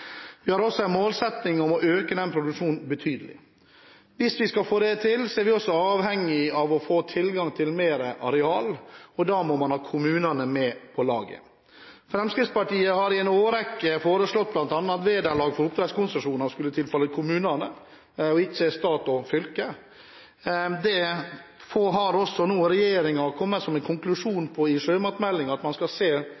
Vi har også en målsetting om å øke produksjonen betydelig. Hvis vi skal få det til, er vi også avhengige av å få tilgang til mer areal, og da må man ha kommunene med på laget. Fremskrittspartiet har i en årrekke foreslått bl.a. at vederlag for oppdrettskonsesjoner skal tilfalle kommunene, og ikke stat og fylke. I sjømatmeldingen har nå også regjeringen kommet til den konklusjon at man i hvert fall skal se litt mer på det,